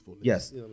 Yes